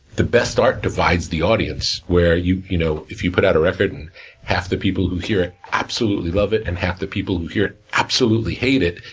the best art divides the audience, where you know if you put out a record, and half the people who hear it absolutely love it, and half the people who hear it absolutely hate it,